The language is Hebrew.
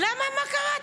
למה, מה קרה?